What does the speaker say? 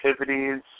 activities